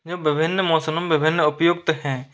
ये विभिन्न मौसमों में विभिन्न उपयुक्त हैं